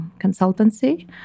consultancy